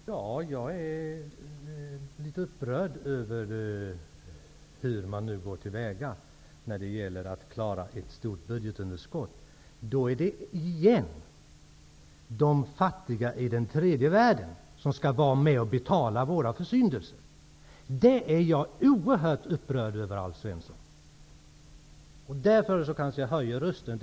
Herr talman! Ja, jag är upprörd över hur man nu går till väga när det gäller att klara ett stort budgetunderskott. Då är det återigen de fattiga i tredje världen som skall vara med om att betala våra försyndelser. Jag är oerhört upprörd över detta, Alf Svensson, och därför kanske jag också höjer rösten.